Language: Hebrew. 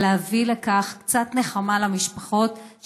ולהביא בכך קצת נחמה למשפחות,